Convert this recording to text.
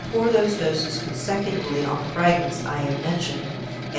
and pour those doses consecutively on the fragments i have mentioned,